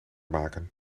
maken